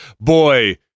Boy